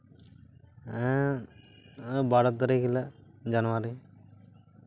ᱵᱟᱨᱚ ᱛᱟᱨᱤᱠᱷ ᱦᱤᱞᱳᱜ ᱡᱟᱱᱩᱣᱟᱨᱤ